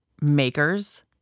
makers